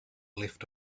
left